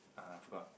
ah forgot